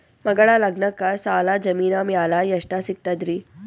ಮಗಳ ಲಗ್ನಕ್ಕ ಸಾಲ ಜಮೀನ ಮ್ಯಾಲ ಎಷ್ಟ ಸಿಗ್ತದ್ರಿ?